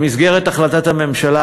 במסגרת החלטת הממשלה,